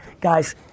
guys